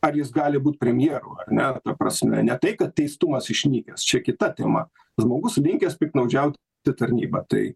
ar jis gali būti premjeru ar ne ta prasme ne tai kad teistumas išnykęs čia kita tema žmogus linkęs piktnaudžiaut ta tarnyba tai